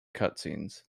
cutscenes